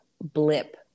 blip